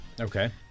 Okay